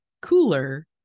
cooler